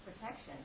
protection